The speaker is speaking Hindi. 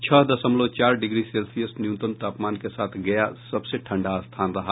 छह दशमलव चार डिग्री सेल्सियस न्यूनतम तापमान के साथ गया सबसे ठंडा स्थान रहा